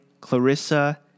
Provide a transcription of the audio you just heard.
Clarissa